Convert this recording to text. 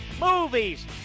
movies